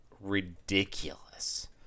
ridiculous